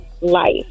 life